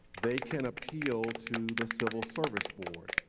they can appeal to the civil service board.